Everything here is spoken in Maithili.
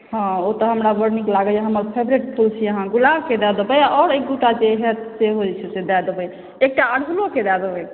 हाँ ओ तऽ हमरा बड्ड नीक लागैए हमर फेवरेट फूल छी अहाँ गुलाबके दए देबै आओर एक दूटा जे होयत सेहो दए देबै एकटा अरहुलोके दए देबै